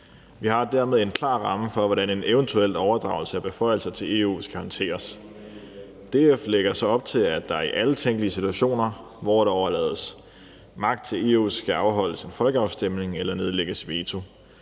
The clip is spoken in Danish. Vi har dermed en klar ramme for, hvordan en eventuel overdragelse af beføjelser til EU garanteres. DF lægger så op til, at der i alle tænkelige situationer, hvor der overlades magt til EU, skal afholdes en folkeafstemning eller nedlægges veto.